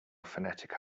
phonetic